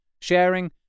Sharing